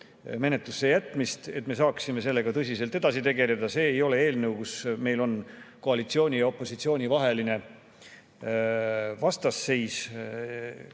menetlusse jätmist, et me saaksime sellega tõsiselt edasi tegelda. See ei ole eelnõu, kus meil on koalitsiooni ja opositsiooni vaheline vastasseis,